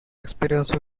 experiences